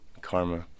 Karma